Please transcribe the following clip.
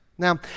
Now